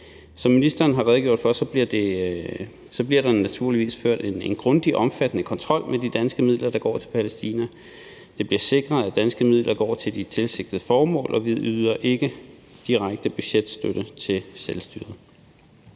Som ministeren har redegjort for, bliver der naturligvis ført en grundig og omfattende kontrol med de danske midler, der går til Palæstina. Det bliver sikret, at danske midler går til de tilsigtede formål, og vi yder ikke direkte budgetstøtte til selvstyret.